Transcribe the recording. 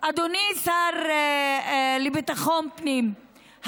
אדוני השר לביטחון פנים,